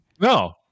No